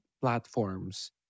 platforms